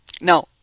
No